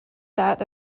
that